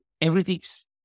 Everything's